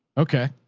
okay.